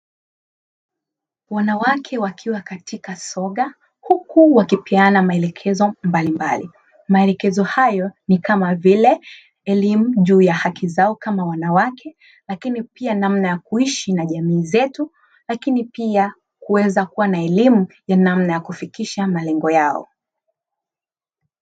Wanawake wakiwa katika soga huku wakipeana maelekezo mbalimbali. Maelekezo hayo ni kama vile: elimu juu ya haki zao kama wanawake, lakini pia namna ya kuishi na jamii zetu, lakini pia kuweza kuwa na elimu ya namna ya kufikisha malengo yao.